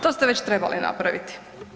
To ste već trebali napraviti.